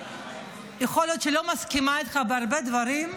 יכול להיות שאני לא מסכימה איתך בהרבה דברים,